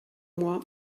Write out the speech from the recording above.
moi